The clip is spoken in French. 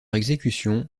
exécution